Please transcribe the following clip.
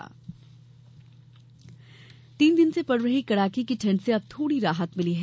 मौसम तीन दिन से पड़ रही कड़ाके की ठंड से अब थोड़ी राहत मिली है